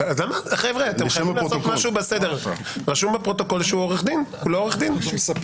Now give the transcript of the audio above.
רשום בפרוטוקול שהוא עו"ד, הוא לא עו"ד.